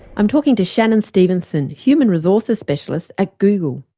i'm talking to shannon stephenson, human resources specialist at google.